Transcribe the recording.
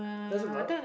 that's about